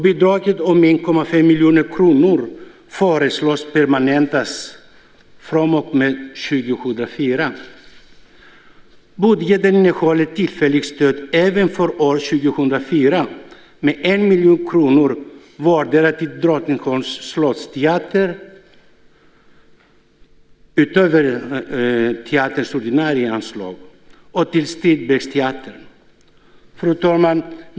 Bidraget på 1,5 miljoner kronor föreslås permanentas från och med år 2004. Budgeten innehåller tillfälligt även för år 2004 med 1 miljon kronor vardera till Drottningholms Slottsteater - utöver teaterns ordinarie anslag - och till Strindbergsteatern. Fru talman!